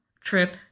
trip